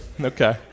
Okay